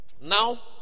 Now